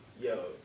yo